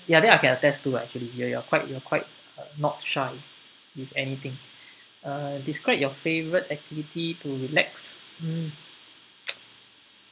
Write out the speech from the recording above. ya that I can attest to actually you're quite you're quite uh not shy with anything uh describe your favourite activity to relax mm